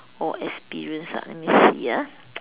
or experiences ah let me see ah